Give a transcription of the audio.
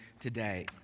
today